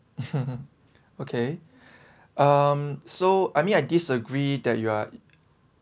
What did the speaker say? okay um so I mean I disagree that you are